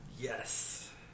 Yes